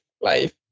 life